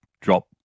drop